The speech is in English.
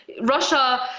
Russia